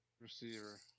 Receiver